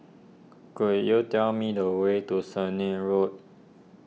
could you tell me the way to Sennett Road